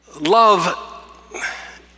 Love